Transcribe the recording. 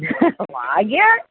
ഭാഗ്യം